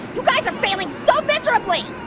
you guys are failing so miserably.